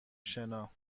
شنا